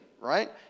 right